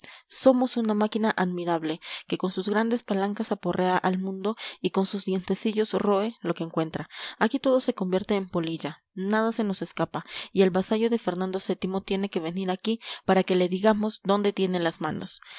somos una máquina admirable que con sus grandes palancas aporrea al mundo y con sus dientecillos roe lo que encuentra aquí todo se convierte en polilla nada se nos escapa y el vasallo de fernando vii tiene que venir aquí para que le digamos dónde tiene las manos